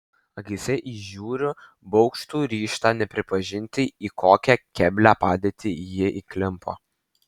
akyse įžiūriu baugštų ryžtą nepripažinti į kokią keblią padėtį ji įklimpo